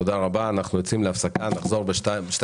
תודה רבה, אנחנו יוצאים להפסקה, נחזור ב-12:45.